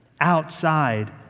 outside